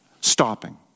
Stopping